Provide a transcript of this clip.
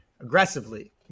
aggressively